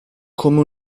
come